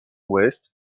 ouest